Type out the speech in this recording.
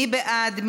מי בעד?